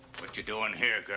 but you doing here, girl?